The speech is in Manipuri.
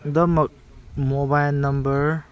ꯗꯃꯛ ꯃꯣꯕꯥꯏꯟ ꯅꯝꯕꯔ